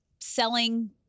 selling